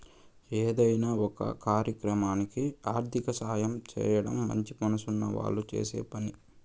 ఏదైనా ఒక కార్యక్రమానికి ఆర్థిక సాయం చేయడం మంచి మనసున్న వాళ్ళు చేసే పని